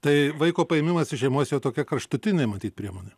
tai vaiko paėmimas iš šeimos jau tokia kraštutinė matyt priemonė